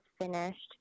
finished